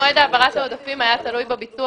מועד העברת העודפים היה תלוי בביצוע